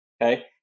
Okay